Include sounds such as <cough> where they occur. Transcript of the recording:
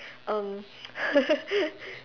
um <laughs>